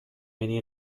many